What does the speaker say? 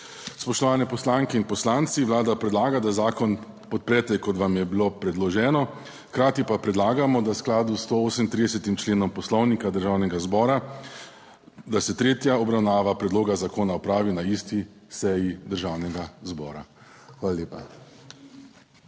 Spoštovane poslanke in poslanci, Vlada predlaga, da zakon podprete kot vam je bilo predloženo, hkrati pa predlagamo, da v skladu s 138. členom Poslovnika Državnega zbora, da se tretja obravnava predloga zakona opravi na isti seji Državnega zbora. Hvala lepa.